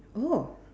oh